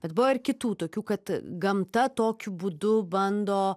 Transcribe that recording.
bet buvo ir kitų tokių kad gamta tokiu būdu bando